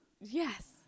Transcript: Yes